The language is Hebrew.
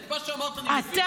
את מה שאמרת אני מבין, שמעתי.